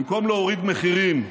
במקום להוריד מחירים,